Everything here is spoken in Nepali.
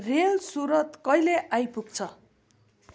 रेल सुरत कहिले आइपुग्छ